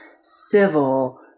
civil